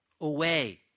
away